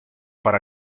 para